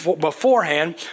beforehand